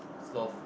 sloth